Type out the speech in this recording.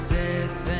death